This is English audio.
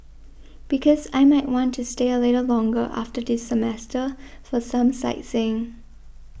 because I might want to stay a little longer after this semester for some sightseeing